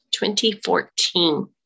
2014